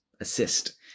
assist